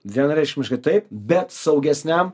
vienareikšmiškai taip bet saugesniam